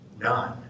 none